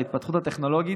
להתפתחות הטכנולוגית,